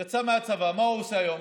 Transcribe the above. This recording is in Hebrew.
יצא מהצבא, מה הוא עושה היום?